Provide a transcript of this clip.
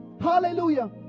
Hallelujah